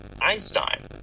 Einstein